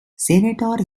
senator